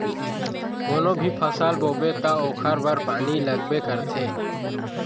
कोनो भी फसल बोबे त ओखर बर पानी लगबे करथे